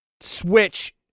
Switch